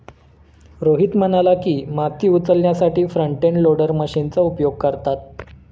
रोहित म्हणाला की, माती उचलण्यासाठी फ्रंट एंड लोडर मशीनचा उपयोग करतात